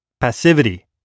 Passivity